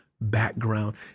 background